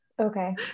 Okay